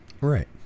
Right